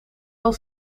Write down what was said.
wel